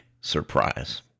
surprise